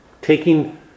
taking